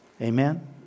Amen